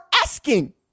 asking